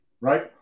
right